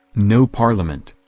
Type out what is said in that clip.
no parliament.